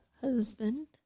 husband